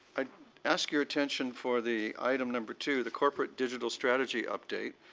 i ask your attention for the item number two. the corporate digital strategy update.